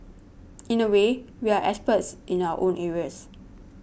in a way we are experts in our own areas